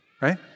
right